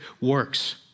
works